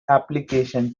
applications